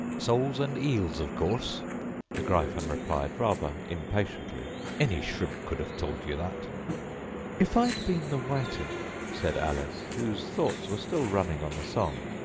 soles and eels, of course the gryphon replied rather impatiently any shrimp could have told you that if i'd been the whiting said alice, whose thoughts were still running on the song,